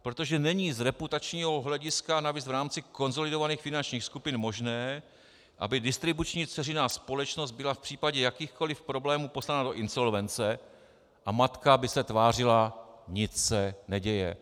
Protože není z reputačního hlediska navíc v rámci konsolidovaných finančních skupin možné, aby distribuční dceřiná společnost byla v případě jakýchkoli problémů poslána do insolvence a matka aby se tvářila nic se neděje.